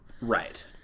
Right